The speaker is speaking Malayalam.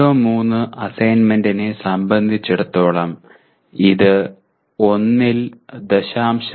CO3 അസൈൻമെന്റിനെ സംബന്ധിച്ചിടത്തോളം ഇത് 1 ൽ 0